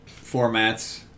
formats